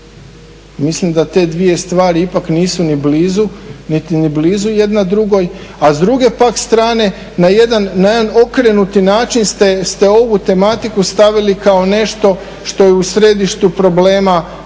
Mislim da te dvije stvari ipak nisu ni blizu niti ni blizu jedna drugoj a s druge pak strane na jedan okrenuti način ste ovu tematiku stavili kao nešto što je u središtu problema ljudskih